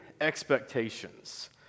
Expectations